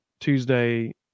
Tuesday